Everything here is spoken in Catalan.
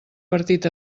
partit